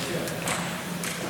בסדר.